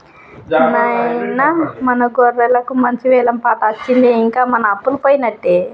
నాయిన మన గొర్రెలకు మంచి వెలం పాట అచ్చింది ఇంక మన అప్పలు పోయినట్టే